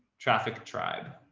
traffic tribe.